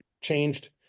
changed